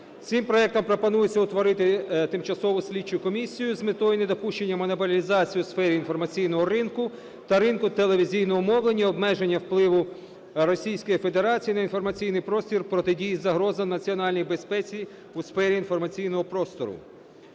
Цим проектом пропонується утворити тимчасову слідчу комісію з метою недопущення монополізації у сфері інформаційного ринку та ринку телевізійного мовлення, обмеження впливу Російської Федерації на інформаційний простір, протидії загрозам національній безпеці у сфері інформаційного простору.